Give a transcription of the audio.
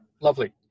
Lovely